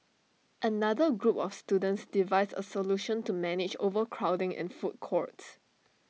another group of students devised A solution to manage overcrowding in food courts